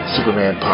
Superman